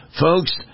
Folks